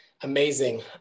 Amazing